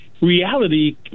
reality